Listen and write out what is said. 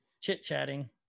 chit-chatting